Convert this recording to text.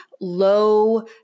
low